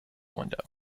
window